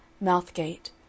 Mouth-gate